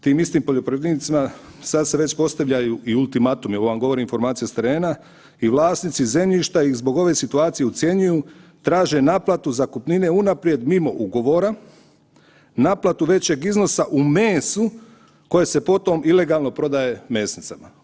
Tim istim poljoprivrednicima, sad se već postavljaju i ultimatumi, ovo vam govorim informaciju s terena i vlasnici zemljišta ih zbog ove situacije ucjenjuju, traže naplatu zakupnine unaprijed mimo ugovora, naplatu većeg iznosa u mesu koje se potom ilegalno prodaje mesnicama.